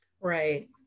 Right